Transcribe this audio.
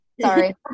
Sorry